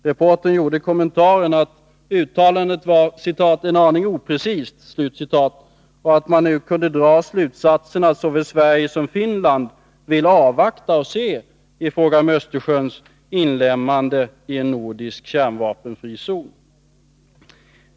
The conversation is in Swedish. Reportern gjorde kommentaren att uttalandet var ”en aning oprecist” och att man nu kunde dra slutsatsen att såväl Sverige som Finland vill avvakta och se i fråga om Östersjöns inlemmande i en nordisk kärnvapenfri zon.